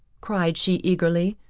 cried she eagerly.